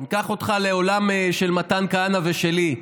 ניקח אותך לעולם של מתן כהנא ושלי,